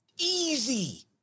Easy